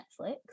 Netflix